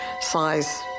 size